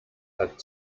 hat